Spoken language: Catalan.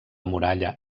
muralla